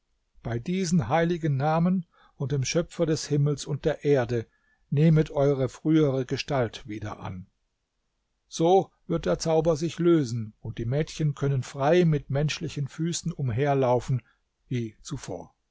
bei diesen heiligen namen und dem schöpfer des himmels und der erde nehmet euere frühere gestalt wieder an so wird der zauber sich lösen und die mädchen können frei mit menschlichen füßen umherlaufen wie zuvor